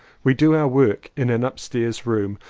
we do our work in an upstairs room.